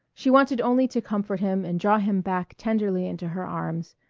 she wanted only to comfort him and draw him back tenderly into her arms,